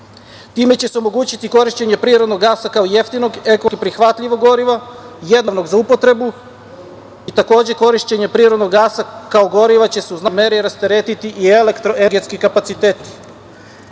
Time će se omogućiti korišćenje prirodnog gasa kao jeftinog, ekološki prihvatljivo gorivo, jednostavnog za upotrebu. Takođe, korišćenjem prirodnog gasa kao goriva će se u značajnoj meri rasteretiti i elektroenergetski kapaciteti. Pored